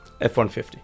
F-150